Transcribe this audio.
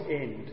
end